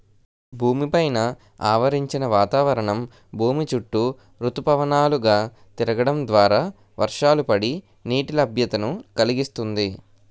భూమి పైన ఆవరించిన వాతావరణం భూమి చుట్టూ ఋతుపవనాలు గా తిరగడం ద్వారా వర్షాలు పడి, నీటి లభ్యతను కలిగిస్తుంది